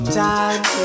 time